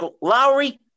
lowry